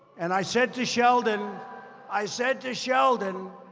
and i said to sheldon i said to sheldon,